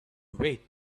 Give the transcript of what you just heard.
wait